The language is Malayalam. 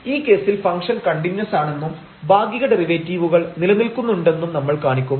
ഈ കേസിൽ ഫംഗ്ഷൻ കണ്ടിന്യൂസ് ആണെന്നും ഭാഗിക ഡെറിവേറ്റീവുകൾ നിലനിൽക്കുന്നുണ്ടെന്നും നമ്മൾ കാണിക്കും